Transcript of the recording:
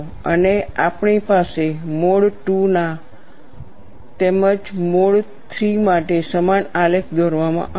અને આપણી પાસે મોડ II તેમજ મોડ III માટે સમાન આલેખ દોરવામાં આવશે